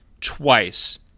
twice